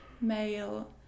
male